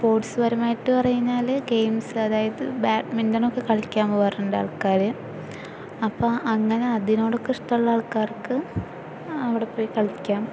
സ്പോര്ട്സ്പരമായിട്ട് പറഞ്ഞാൽ ഗെയിംസ് അതായത് ബാഡ്മിന്റണ് കളിക്കാന് പോകാറുണ്ട് ആള്ക്കാർ അപ്പോൾ അങ്ങനെ അതിനോടൊക്കെ ഇഷ്ടമുള്ള ആള്ക്കാര്ക്ക് അവിടെ പോയി കളിക്കാം